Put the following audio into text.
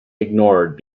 ignored